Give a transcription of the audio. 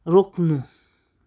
रोक्नु